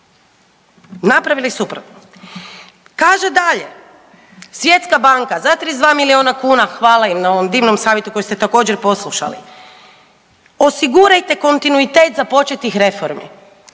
Napravili suprotno. Kaže dalje, Svjetska banka za 32 milijuna kuna, hvala im na ovom divnom savjetu koji ste također, poslušali, osigurajte kontinuitet započetih reformi.